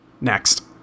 Next